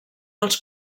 els